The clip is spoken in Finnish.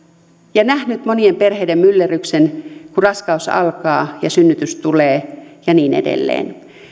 ja nähnyt monien perheiden myllerryksen kun raskaus alkaa ja synnytys tulee ja niin edelleen